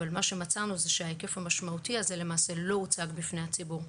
אבל מה שמצאנו זה שההיקף המשמעותי הזה למעשה לא הוצג בפני הציבור.